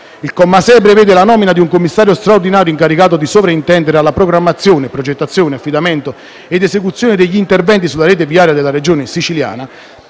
Il comma 6 prevede la nomina di un commissario straordinario incaricato di sovraintendere alla programmazione, progettazione, affidamento ed esecuzione degli interventi sulla rete viaria della Regione Siciliana.